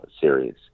series